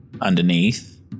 underneath